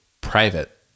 private